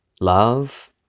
Love